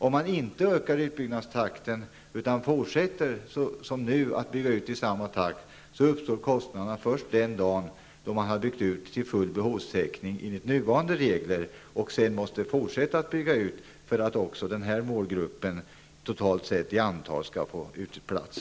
Om man inte ökar utbyggnadstakten, utan fortsätter med nuvarande takt, uppstår kostnaderna först den dag då man har byggt ut till full behovstäckning enligt nu gällande regler. Sedan måste man fortsätta att bygga ut för att också denna målgrupp totalt sett skall få plats.